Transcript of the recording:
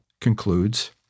concludes